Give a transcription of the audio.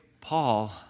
Paul